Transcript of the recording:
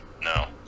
no